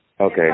Okay